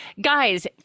guys